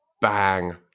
bang